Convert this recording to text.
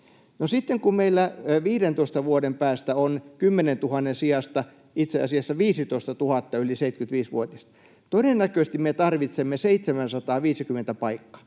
sitten kun meillä 15 vuoden päästä on 10 000:n sijasta itse asiassa 15 000 yli 75-vuotiasta, niin todennäköisesti me tarvitsemme 750 paikkaa.